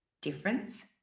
difference